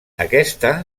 aquesta